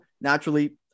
naturally